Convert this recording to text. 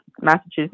Massachusetts